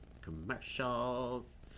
commercials